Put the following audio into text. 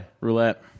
Roulette